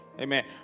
Amen